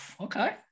okay